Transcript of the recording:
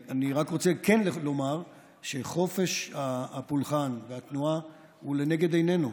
אני רק רוצה לומר שחופש הפולחן והתנועה הוא לנגד עינינו.